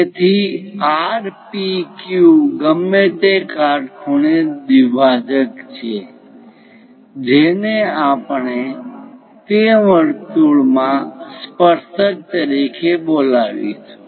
તેથી R P Q ગમે તે કાટખૂણે દ્વિભાજક છે જેને આપણે તે વર્તુળ માં સ્પર્શક તરીકે બોલાવીશું